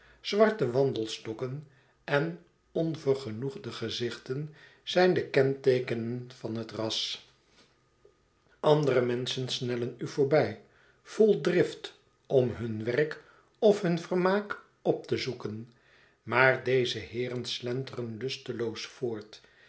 zwarte wandelstokken en onvergenoegde gezichten zijn de kenteekenen van het ras andere menschen snellen u voorbij vol drift om hun werk of hun vermaak op te zoeken maar deze heeren slenteren lusteloos voort